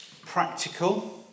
practical